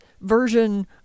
version